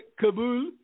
Kabul